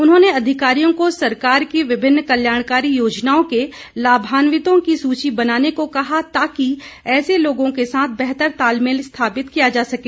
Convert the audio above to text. उन्होंने अधिकारियों को सरकार की विभिन्न कल्याणकारी योजनाओं के लाभान्वितों की सूची बनाने को कहा ताकि ऐसे लोगों के साथ बेहतर तालमेल स्थापित किया जा सके